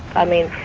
i mean,